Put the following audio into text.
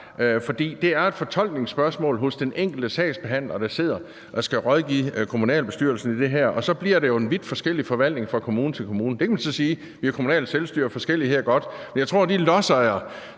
har. Det er et fortolkningsspørgsmål hos den enkelte sagsbehandler, der sidder og skal rådgive kommunalbestyrelsen, og så bliver det jo vidt forskellige forvaltninger fra kommune til kommune. Man kan så sige, at kommunalt selvstyre er godt, og at forskellighed er godt, men jeg tror, at de lodsejere,